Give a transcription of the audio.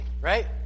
right